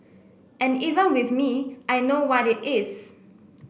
and even with me I know what it is